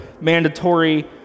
mandatory